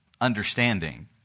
understanding